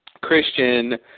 Christian